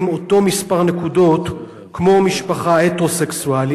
אותו מספר נקודות כמו משפחה הטרוסקסואלית?